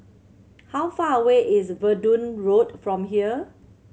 how far away is Verdun Road from here